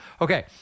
Okay